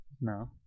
No